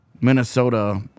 Minnesota